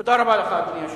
תודה רבה לך, אדוני היושב-ראש.